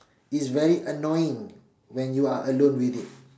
it's very annoying when you are alone with it